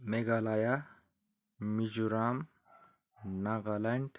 Meghalaya Mizoram Nagaland